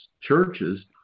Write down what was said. churches